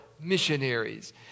missionaries